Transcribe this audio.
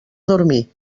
dormir